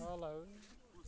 کالہ ٲے